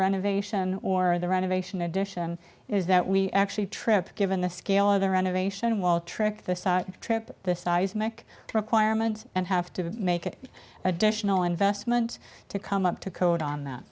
renovation or the renovation addition is that we actually trip given the scale of the renovation while trick the trip the seismic requirements and have to make it additional investment to come up to code on